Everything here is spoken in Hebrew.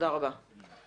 להביא עוד